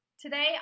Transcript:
Today